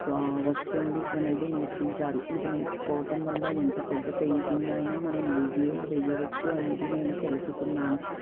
వా వస్తుంది అనేది నేర్పించారు ఇది నేర్చుకోవటం వల్ల ఎంత పెద్ద పెయింటింగ్ అయినా మనం ఈజీగా వెయ్యవచ్చు అనేది నేను తెలుసుకున్నాను